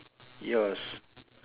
yours